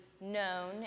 known